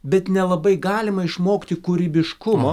bet nelabai galima išmokti kūrybiškumo